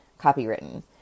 copywritten